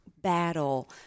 battle